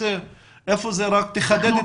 תחדד.